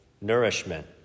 nourishment